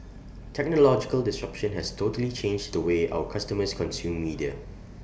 technological disruption has totally changed the way our customers consume media